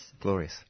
Glorious